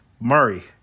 Murray